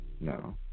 No